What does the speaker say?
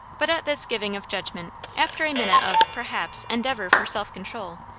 but at this giving of judgment, after a minute of, perhaps, endeavour for self-control,